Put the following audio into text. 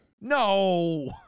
No